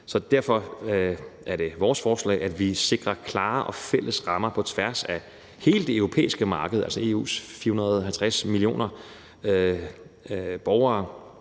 Så derfor er det vores forslag, at vi sikrer klare og fælles rammer på tværs af hele det europæiske marked. EU's 450 millioner borgere